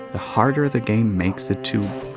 the harder the game makes it to.